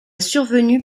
survenue